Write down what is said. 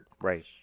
Right